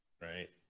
Right